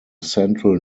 central